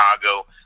Chicago